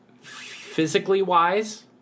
Physically-wise